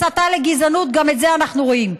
"(2) הסתה לגזענות" גם את זה אנחנו רואים,